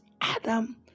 Adam